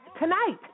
tonight